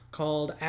called